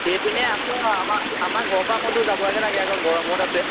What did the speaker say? এইপিনে আছে আমাৰ আমাৰ ঘৰৰ পৰা অকণ দূৰ যাবগৈ লাগে আকৌ গড়মূৰত আছে